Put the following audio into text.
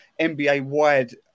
NBA-wired